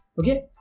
okay